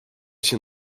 się